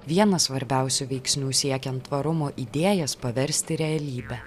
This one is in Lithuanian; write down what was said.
vieną svarbiausių veiksnių siekiant tvarumo idėjas paversti realybe